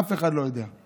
אף אחד לא יודע.